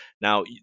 Now